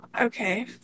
Okay